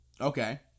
Okay